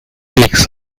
peaks